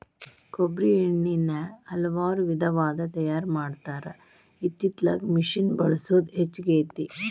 ಕೊಬ್ಬ್ರಿ ಎಣ್ಣಿನಾ ಹಲವಾರು ವಿಧದಾಗ ತಯಾರಾ ಮಾಡತಾರ ಇತ್ತಿತ್ತಲಾಗ ಮಿಷಿನ್ ಬಳಸುದ ಹೆಚ್ಚಾಗೆತಿ